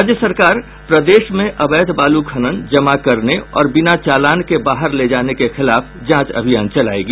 राज्य सरकार प्रदेश में अवैध बालू खनन जमा करने और बिना चालान के बाहर ले जाने के खिलाफ जांच अभियान चलायेगी